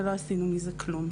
ולא עשינו עם זה כלום.